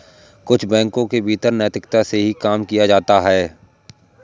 कुछ बैंकों के भीतर नैतिकता से ही काम किया जाता है